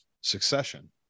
Succession